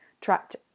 trapped